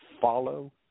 follow